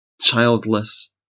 childless